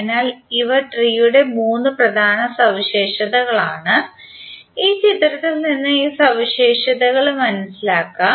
അതിനാൽ ഇവ ട്രീ യുടെ മൂന്ന് പ്രധാന സവിശേഷതകളാണ് ഈ ചിത്രത്തിൽ നിന്ന് ഈ സവിശേഷതകൾ മനസിലാക്കാം